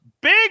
big